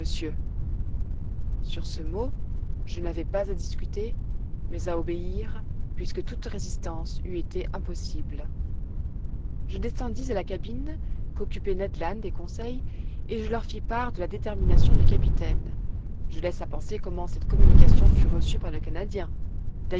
sur ce mot je n'avais pas à discuter mais à obéir puisque toute résistance eût été impossible je descendis à la cabine qu'occupaient ned land et conseil et je leur fis part de la détermination du capitaine je laisse à penser comment cette communication fut reçue par le canadien